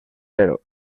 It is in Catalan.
zero